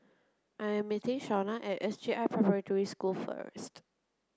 I am meeting Shauna at S J I Preparatory School first